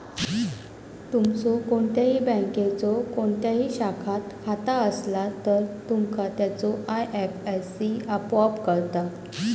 तुमचो कोणत्याही बँकेच्यो कोणत्याही शाखात खाता असला तर, तुमका त्याचो आय.एफ.एस.सी आपोआप कळता